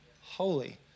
holy